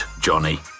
Johnny